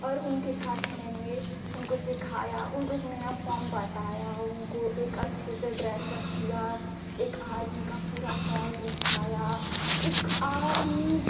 और उनके साथ मैंने उनको सिखाया उनको एक नया फ़ॉर्म बताया और उनको एक अच्छे से ड्रेसअप किया एक आर्मी का पूरा फ़ॉर्म दिखाया एक आर्मी